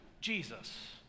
Jesus